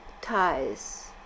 ties